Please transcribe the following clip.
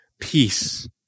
peace